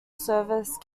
service